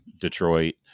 Detroit